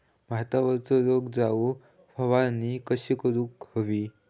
भातावरचो रोग जाऊक फवारणी कशी करूक हवी?